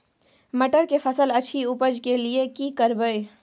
मटर के फसल अछि उपज के लिये की करबै?